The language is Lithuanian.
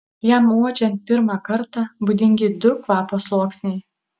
jam uodžiant pirmą kartą būdingi du kvapo sluoksniai